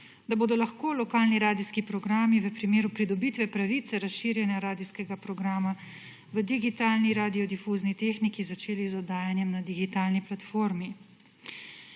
da bodo lahko lokalni radijski programi v primeru pridobitve pravice razširjanja radijskega programa v digitalni radiodifuzni tehniki začeli z oddajanjem na digitalni platformi.